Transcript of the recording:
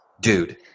Dude